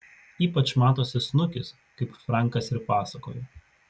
ypač matosi snukis kaip frankas ir pasakojo